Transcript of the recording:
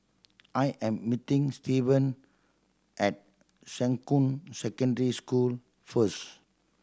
I am meeting Steven at Shuqun Secondary School first